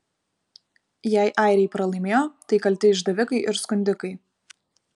jei airiai pralaimėjo tai kalti išdavikai ir skundikai